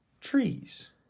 Trees